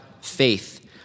faith